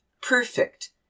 perfect